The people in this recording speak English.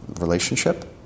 relationship